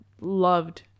loved